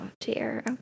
dear